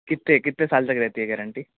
کتے کتے سال تک رہتی ہے گیارنٹی